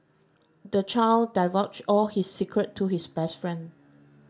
the child divulged all his secret to his best friend